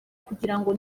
kugirango